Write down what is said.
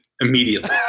immediately